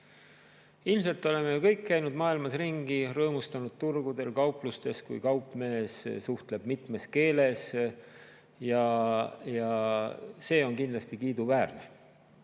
oleme me kõik käinud maailmas ringi ja rõõmustanud turgudel, kauplustes, kui kaupmees suhtleb mitmes keeles. See on kindlasti kiiduväärne,